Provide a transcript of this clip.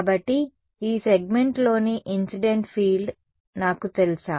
కాబట్టి ఈ సెగ్మెంట్లోని ఇన్సిడెంట్ ఫీల్డ్ నాకు తెలుసా